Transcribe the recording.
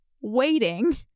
waiting